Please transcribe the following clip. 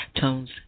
tones